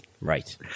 Right